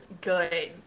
good